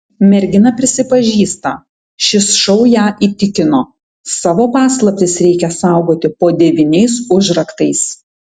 mergina prisipažįsta šis šou ją įtikino savo paslaptis reikia saugoti po devyniais užraktais